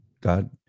God